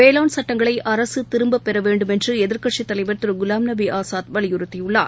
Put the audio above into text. வேளாண்சட்டங்களை அரசுதிரும்பப்பெறவேண்டுமென்றுஎதிர்க்கட்சித் தலைவர் திருகுலாம் நபி ஆஸாத் வலியுறுத்தியுள்ளார்